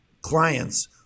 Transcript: clients